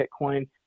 Bitcoin